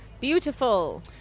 Beautiful